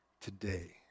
today